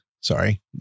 Sorry